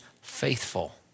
faithful